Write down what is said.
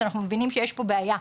אז אנחנו מבינים שיש פה בעיה.